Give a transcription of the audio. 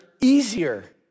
easier